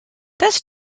this